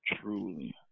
truly